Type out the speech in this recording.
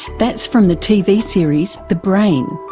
that's from the tv series the brain,